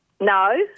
No